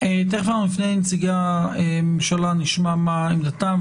תכף נפנה אל נציגי הממשלה ונשמע מה עמדתם,